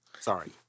Sorry